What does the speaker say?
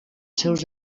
seus